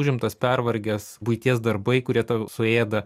užimtas pervargęs buities darbai kurie tau suėda